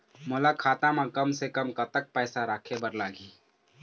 मोला खाता म कम से कम कतेक पैसा रखे बर लगही?